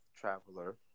Traveler